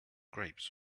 grapes